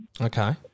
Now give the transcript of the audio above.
Okay